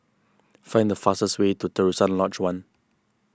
find the fastest way to Terusan Lodge one